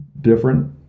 different